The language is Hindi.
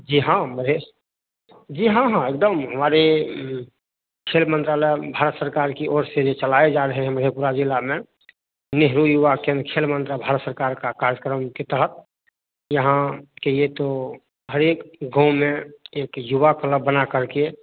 जी हाँ जी हाँ हाँ एकदम हमारे खेल मंत्रालय भारत सरकार की ओर से भी चलाए जा रहे हैं मधेपुरा जिला में नेहरू युवा केंद्र खेल भारत सरकार का कार्जक्रम की तहत यहाँ कहिए तो हर एक गाँव में एक युवा क्लब बना कर के